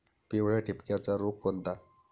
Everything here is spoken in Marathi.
पिवळ्या ठिपक्याचा रोग कोणता?